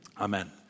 Amen